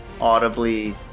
audibly